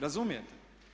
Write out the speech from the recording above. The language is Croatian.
Razumijete?